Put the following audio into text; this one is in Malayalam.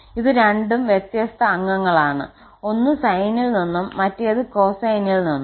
ഇത് രണ്ടും വ്യത്യസ്ത അംഗങ്ങളാണ് ഒന്ന് സൈനിൽ നിന്നും മറ്റേത് കോ സൈനിൽ നിന്നും